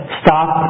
stop